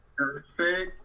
Perfect